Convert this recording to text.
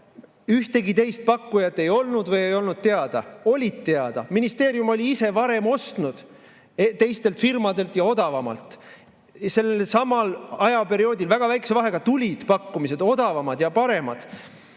Ühtegi teist pakkujat ei olnud või ei olnud teada? Olid teada! Ministeerium oli ise varem ostnud teistelt firmadelt ja odavamalt, sellelsamal ajaperioodil väga väikese vahega tulid pakkumised, odavamad ja paremad.